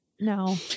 No